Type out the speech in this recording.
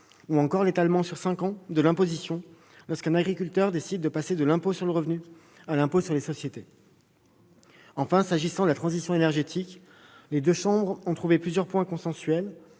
ou encore l'étalement sur cinq ans de l'imposition lorsqu'un agriculteur décide de passer de l'impôt sur le revenu à l'impôt sur les sociétés. Enfin, s'agissant de la transition énergétique, les deux chambres ont trouvé plusieurs points de consensus,